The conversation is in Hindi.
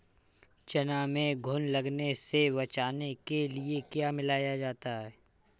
चना में घुन लगने से बचाने के लिए क्या मिलाया जाता है?